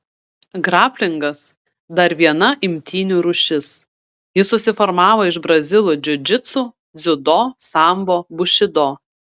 graplingas dar viena imtynių rūšis ji susiformavo iš brazilų džiudžitsu dziudo sambo bušido